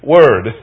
Word